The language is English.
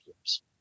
years